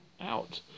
out